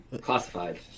classified